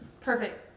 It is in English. Perfect